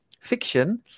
fiction